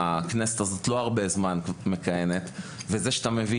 שהכנסת הזאת מכהנת זמן לא רב ואתה כבר מביא